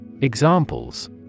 Examples